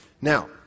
Now